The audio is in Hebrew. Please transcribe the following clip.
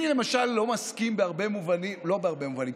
אני למשל לא מסכים בהרבה מובנים לא בהרבה מובנים,